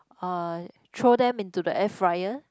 uh throw them into the air fryer